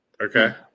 Okay